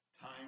Time